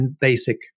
basic